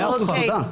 100 אחוז, תודה.